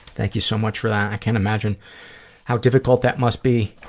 thank you so much for that. i can't imagine how difficult that must be,